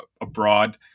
abroad